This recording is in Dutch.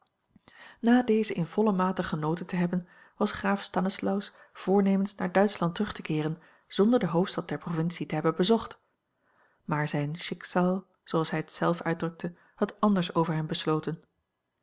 na deze in volle mate genoten te hebben was graaf stanislaus voornemens naar duitschland terug te keeren zonder de hoofdstad der provincie te hebben bezocht maar zijn schicksal zooals hij het zelf uitdrukte had anders over hem besloten